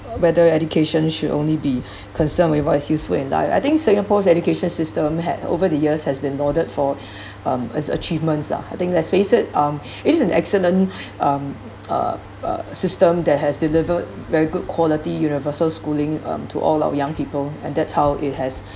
whether education should only be concerned with what is useful and I I think singapore's education system had over the years has been lauded for um it's achievements ah I think let's face it uh it is an excellent um uh uh system that has delivered very good quality universal schooling um to all our young people and that's how it has